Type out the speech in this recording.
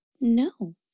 no